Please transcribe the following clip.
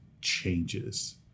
changes